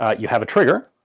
ah you have a trigger,